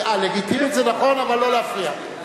לגיטימית זה נכון, אבל לא להפריע.